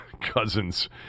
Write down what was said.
Cousins